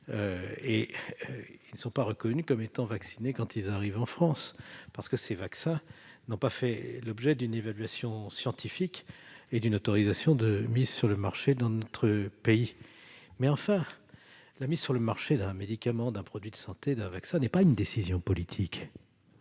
et qui ne sont pas reconnus comme étant vaccinés quand ils arrivent en France, ces vaccins n'ayant pas fait l'objet d'une évaluation scientifique et d'une autorisation de mise sur le marché dans notre pays. Toutefois, monsieur le sénateur, la mise sur le marché d'un médicament, d'un produit de santé ou d'un vaccin n'est pas une décision politique.